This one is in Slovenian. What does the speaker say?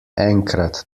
enkrat